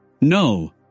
No